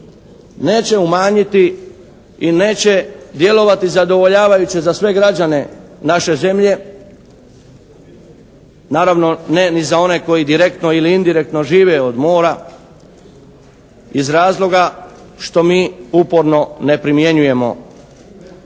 neće umanjiti i neće djelovati zadovoljavajuće za sve građane naše zemlje. Naravno, ne ni za one koji direktno ili indirektno žive od mora iz razloga što mi uporno ne primjenjujemo odnosno